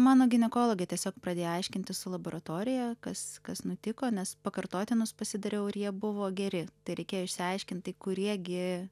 mano ginekologė tiesiog pradėjo aiškintis su laboratorija kas kas nutiko nes pakartotinus pasidariau ir jie buvo geri tai reikėjo išsiaiškinti kurie gi